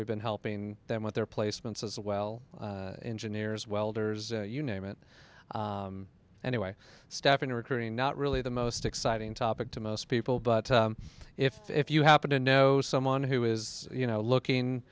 we've been helping them with their placements as well engineers welders you name it anyway staffing are not really the most exciting topic to most people but if if you happen to know someone who is you know looking